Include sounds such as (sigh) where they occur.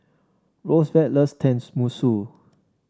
Rosevelt loves (unintelligible)